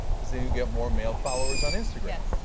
because then you get more male followers on instagram.